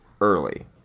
early